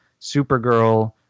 Supergirl